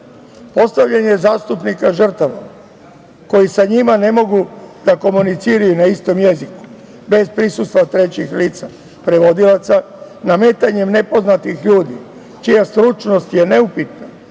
tužilaca. Postavljanje zastupnika žrtava koji sa njima ne mogu da komuniciraju na istom jeziku bez prisustva trećih lica, prevodilaca, nametanjem nepoznatih ljudi čija stručnost je neupitna,